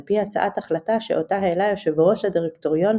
על פי הצעת החלטה שאותה העלה יו"ר הדירקטוריון,